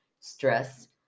Stress